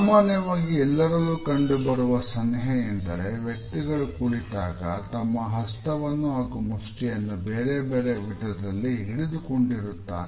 ಸಾಮಾನ್ಯವಾಗಿ ಎಲ್ಲರಲ್ಲೂ ಕಂಡು ಬರುವ ಸನ್ಹೆ ಎಂದರೆ ವ್ಯಕ್ತಿಗಳು ಕುಳಿತಾಗ ತಮ್ಮ ಹಸ್ತವನ್ನು ಹಾಗೂ ಮುಷ್ಟಿಯನ್ನು ಬೇರೆ ಬೇರೆ ವಿಧದಲ್ಲಿ ಹಿಡಿದುಕೊಂಡಿರುತ್ತಾರೆ